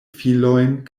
filojn